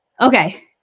okay